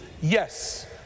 yes